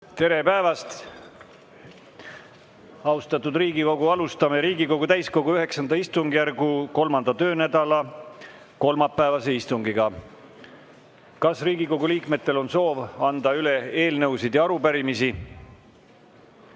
Tere päevast, austatud Riigikogu! Alustame Riigikogu täiskogu IX istungjärgu 3. töönädala kolmapäevast istungit. Kas Riigikogu liikmetel on soovi anda üle eelnõusid ja arupärimisi?